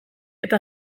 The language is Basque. eta